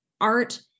art